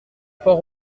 fort